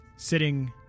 Sitting